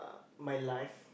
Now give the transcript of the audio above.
my life